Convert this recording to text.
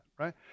Right